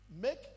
make